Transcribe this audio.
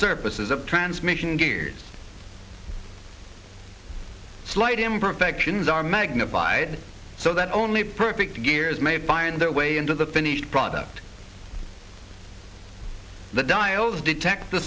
of transmission gears slight imperfections are magnified so that only perfect gears may find their way into the finished product the dials detect the